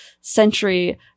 century